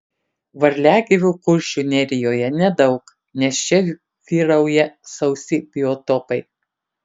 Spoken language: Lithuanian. varliagyvių kuršių nerijoje nedaug nes čia vyrauja sausi biotopai